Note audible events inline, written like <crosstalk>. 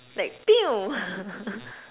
like <noise> <laughs>